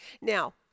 Now